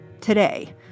Today